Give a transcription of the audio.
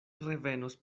revenos